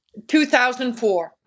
2004